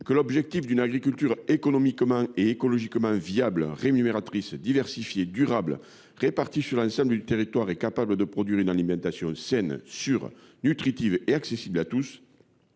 L’objectif d’une agriculture économiquement et écologiquement viable, rémunératrice, diversifiée, durable, répartie sur l’ensemble du territoire et capable de produire une alimentation saine, sûre, nutritive et accessible à tous,